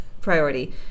priority